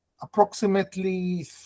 approximately